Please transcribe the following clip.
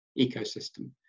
ecosystem